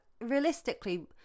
realistically